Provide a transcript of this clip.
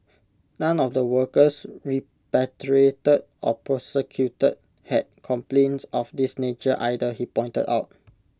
none of the workers repatriated or prosecuted had complaints of this nature either he pointed out